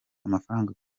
amafaranga